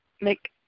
make